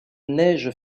neige